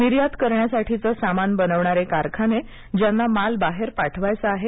निर्यात करण्यासाठीचे सामान बनविणारे कारखाने ज्यांना माल बाहेर पाठवायचा आहे